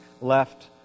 left